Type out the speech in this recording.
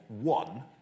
one